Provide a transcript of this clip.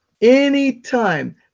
Anytime